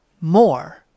more